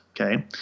Okay